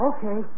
Okay